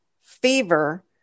fever